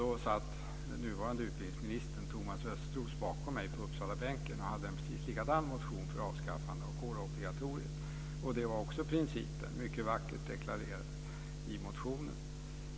Då satt den nuvarande utbildningsministern, Thomas Östros, bakom mig på Uppsalabänken och hade en precis likadan motion för avskaffande av kårobligatoriet. Det gällde också principen, som var mycket vackert deklarerad i motionen.